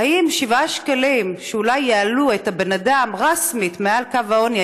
האם שבעה השקלים שאולי יעלו את הבן-אדם ראסמית מעל קו העוני,